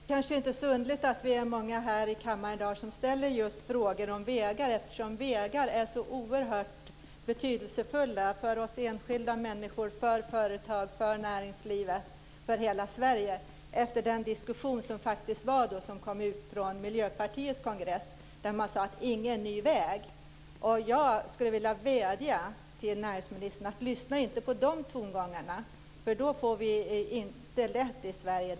Fru talman! Det kanske inte är så underligt att vi är många här i kammaren i dag som just ställer frågor om vägar eftersom vägar är så oerhört betydelsefulla för oss enskilda människor, för företag, för näringslivet och för hela Sverige. Det kanske inte är så konstigt med tanke på den diskussion som faktiskt var på Miljöpartiets kongress. Där sade man: Ingen ny väg! Jag skulle vilja vädja till näringsministern att inte lyssna på de tongångarna. Då får vi det inte lätt i Sverige.